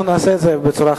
נעשה את זה בצורה אחרת.